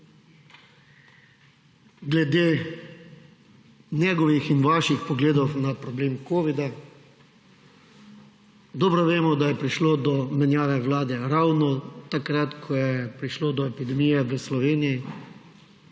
glede njegovih in vaših pogledov na problem covida. Dobro vemo, da je prišlo do menjave Vlade ravno takrat, ko je prišlo do epidemije v Sloveniji,